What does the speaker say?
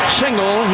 single